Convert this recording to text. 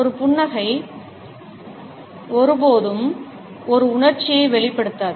ஒரு புன்னகை ஒருபோதும் ஒரு உணர்ச்சியை வெளிப்படுத்தாது